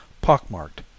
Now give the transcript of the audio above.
pockmarked